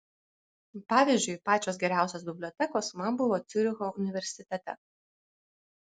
pavyzdžiui pačios geriausios bibliotekos man buvo ciuricho universitete